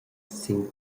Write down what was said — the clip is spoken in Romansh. sin